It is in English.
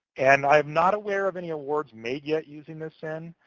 and i am not aware of any awards made yet using this sin,